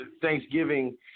Thanksgiving